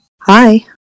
Hi